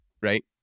Right